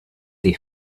they